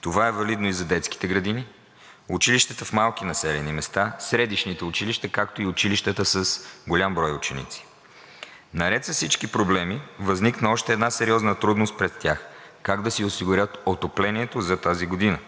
Това е валидно и за детските градини, училищата в малките населени места, средищните училища, както и училищата с голям брой ученици. Наред с всички проблеми възникна още една сериозна трудност пред тях – как да си осигурят отоплението за тази година?